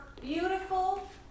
beautiful